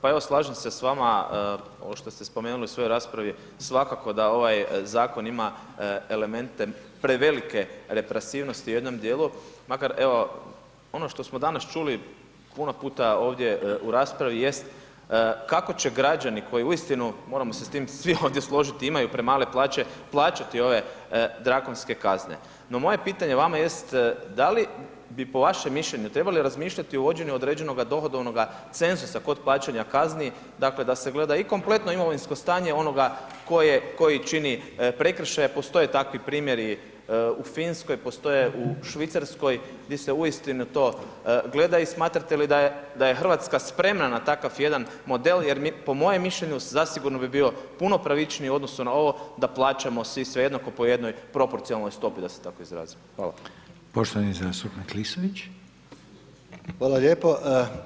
Pa evo slažem se s vama, ovo što ste spomenuli u svojoj raspravi, svakako da ovaj zakon ima elemente represivnosti u jednom djelu makar evo ono što smo danas čuli, puno puta ovdje u raspravi jest kako će građani koji uistinu, moramo se s tim svi ovdje složiti, imaju premale plaće, plaćati ove drakonske kazne no moje pitanje vama jest da li bi po vašem mišljenju trebali razmišljati o uvođenju određenoga dohodovnoga cenzusa kod plaćanja kazni dakle da se gleda i kompletno imovinsko stanje onoga koji čini prekršaje, postoje takvi primjeri u Finskoj, postoje u Švicarskoj gdje se uistinu to gleda i smatrate li da je Hrvatska spremna na takav jedan model jer po mojem mišljenju zasigurno bi bio puno pravičniji u odnosu na ovo da plaćamo svi sve jednako po jednoj proporcionalnoj stopi da se tako izrazim, hvala.